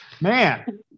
Man